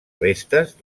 restes